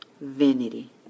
Vanity